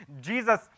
Jesus